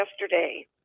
yesterday